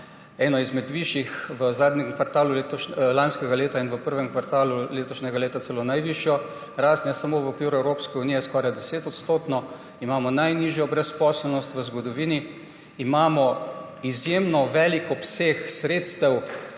eno izmed višjih v zadnjem kvartalu lanskega leta in v prvem kvartalu letošnjega leta celo najvišjo rast, ne samo v Evropski uniji, skoraj 10-odstotno. Imamo najnižjo brezposelnost v zgodovini. Imamo izjemno velik obseg sredstev